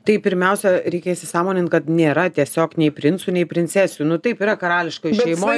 tai pirmiausia reikia įsisąmonint kad nėra tiesiog nei princų nei princesių nu taip yra karališkoj šeimoj